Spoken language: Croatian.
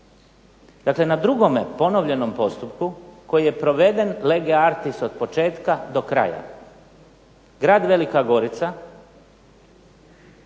dakle na drugom ponovljenom postupku koji je proveden lege artis od početka do kraja grad Velika Gorica